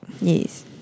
Yes